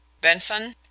Benson